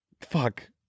Fuck